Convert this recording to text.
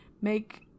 make